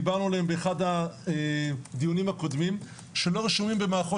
דיברנו עליהם באחד הדיונים הקודמים שלא רשומים במערכות